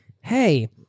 hey